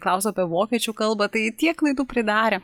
klausiau apie vokiečių kalbą tai tiek klaidų pridarė